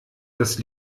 das